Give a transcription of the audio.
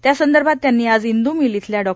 त्यासंदर्भात त्यांनी आज इंदूमिल येथील डॉ